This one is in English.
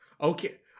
Okay